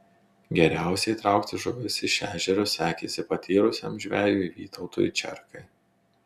geriausiai traukti žuvis iš ežero sekėsi patyrusiam žvejui vytautui čerkai